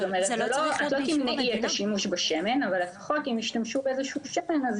את לא תמנעי את השימוש בשמן כי ישתמשו בשמן אחר,